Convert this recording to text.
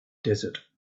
desert